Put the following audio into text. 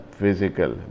physical